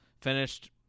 finished